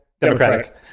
democratic